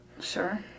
Sure